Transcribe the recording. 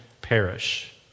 perish